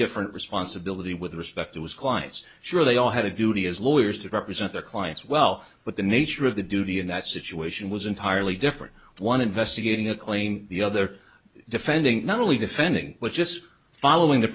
different responsibility with respect to his clients sure they all had a duty as lawyers to represent their clients well but the nature of the duty in that situation was entirely different one investigating a claim the other defending not only defending was just following th